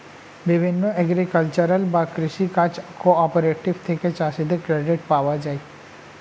বিভিন্ন এগ্রিকালচারাল বা কৃষি কাজ কোঅপারেটিভ থেকে চাষীদের ক্রেডিট পাওয়া যায়